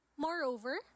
Moreover